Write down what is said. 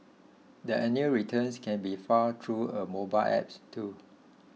the annual returns can be filed through a mobile app too